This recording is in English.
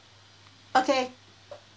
okay